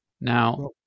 Now